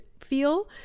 feel